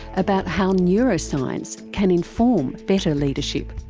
about how neuroscience can inform better leadership.